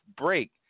break